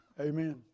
Amen